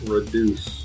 Reduce